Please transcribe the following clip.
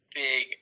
big